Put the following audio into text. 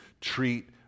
treat